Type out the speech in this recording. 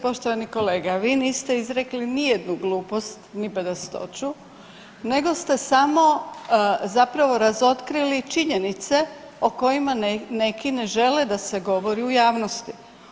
Poštovani kolega, vi niste izrekli nijednu glupost, ni bedastoću nego ste samo zapravo razotkrili činjenice o kojima neki ne žele da se govori u javnosti.